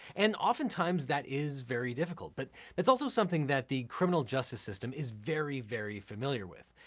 and oftentimes that is very difficult, but it's also something that the criminal justice system is very, very familiar with.